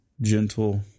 gentle